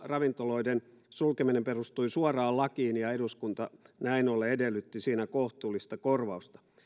ravintoloiden sulkeminen perustui suoraan lakiin ja eduskunta näin ollen edellytti siinä kohtuullista korvausta